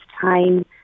time